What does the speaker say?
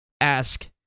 ask